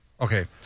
Okay